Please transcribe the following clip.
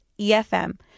EFM